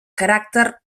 caràcter